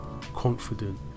confident